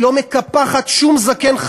היא לא מקפחת שום זקן,